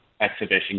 exhibition